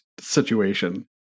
situation